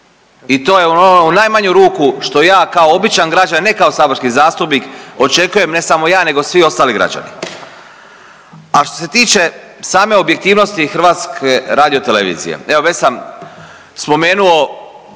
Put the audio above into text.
i to je ono u najmanju ruku što ja kao običan građanin, ne kao saborski zastupnik, očekujem ne samo ja nego i svi ostali građani. A što se tiče same objektivnosti HRT-a, evo već sam spomenuo